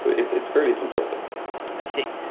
it's it's fairly simplistic i see.